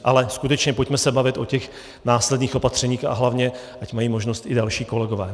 Ale skutečně pojďme se bavit o těch následných opatřeních, a hlavně, ať mají možnost i další kolegové.